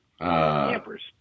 campers